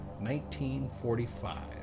1945